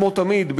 כמו תמיד,